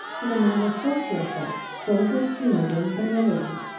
in a manner so cheerful, so good humoured and benevolent,